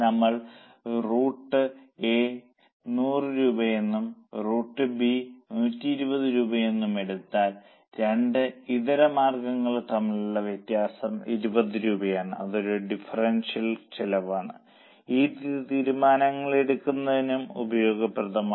നമ്മൾ route a 100 രൂപയെന്നും route B 120 രൂപയെന്നും എടുത്താൽ രണ്ട് ഇതരമാർഗങ്ങൾ തമ്മിലുള്ള വ്യത്യാസം 20 രൂപയാണ് അത് ഒരു ഡിഫറൻഷ്യൽ ചെലവാണ് ഇത് തീരുമാനങ്ങൾ എടുക്കുന്നതിനും ഉപയോഗപ്രദമാണ്